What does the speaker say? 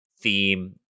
theme